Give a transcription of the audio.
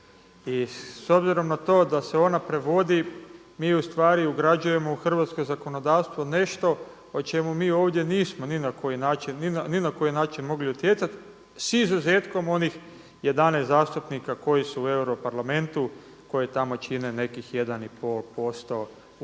i s obzirom na to da se ona prevodi, mi ugrađujemo u hrvatsko zakonodavstvo nešto o čemu mi ovdje nismo ni na koji način mogli utjecati s izuzetkom onih 11 zastupnika koji su u Europarlamentu koji tamo čine nekih 1,5% ukupnoga